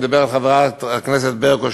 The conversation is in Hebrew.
אני מדבר על חברת הכנסת ברקו,